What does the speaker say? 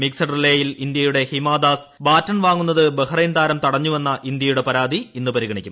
mixed റിലേയിൽ ഇന്ത്യയുടെ Hima Das baton വാങ്ങുന്നത് ബഹ്റൈൻതാരം തടഞ്ഞുവെന്ന ഇന്ത്യയുടെ പരാതി ഇന്ന് പരിഗണിക്കും